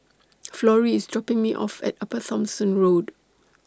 Florrie IS dropping Me off At Upper Thomson Road